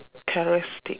characteristic